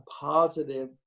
positive